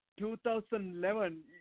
2011